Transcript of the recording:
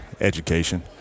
education